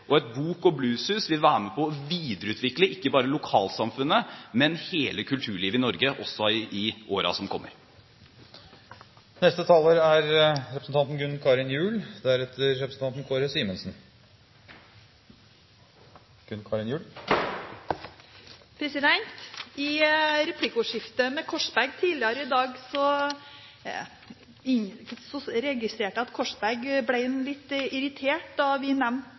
og et bok- og blueshus vil være med på å videreutvikle ikke bare lokalsamfunnet, men hele kulturlivet i Norge, også i årene som kommer. I replikkordskiftet med Korsberg tidligere i dag registrerte jeg at Korsberg ble litt irritert da vi nevnte at Fremskrittspartiets idrettspolitikk vil være langt mer dramatisk for idretten enn kulturpolitikken deres. Jeg